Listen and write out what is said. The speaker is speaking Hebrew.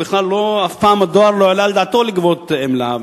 שאף פעם הדואר לא העלה על דעתו לגבות עמלה,